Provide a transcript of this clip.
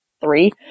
Three